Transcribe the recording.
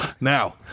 Now